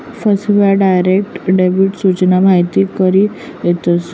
फसव्या, direct debit सूचना माहिती करी लेतस